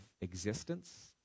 existence